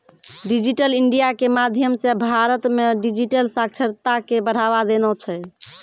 digital India के माध्यम से भारत मे डिजिटल साक्षरता के बढ़ावा देना छै